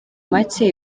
make